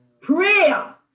Prayer